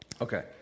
Okay